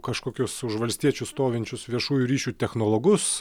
kažkokius už valstiečių stovinčius viešųjų ryšių technologus